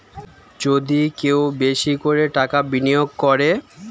যদি কেউ বেশি করে টাকা বিনিয়োগ করে